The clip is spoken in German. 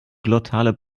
glottale